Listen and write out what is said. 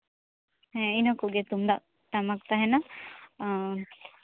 ᱦᱮᱸ ᱤᱱᱟᱹ ᱠᱚᱜᱮ ᱛᱩᱢᱫᱟᱜ ᱴᱟᱢᱟᱠ ᱛᱟᱦᱮᱱᱟ ᱟᱨ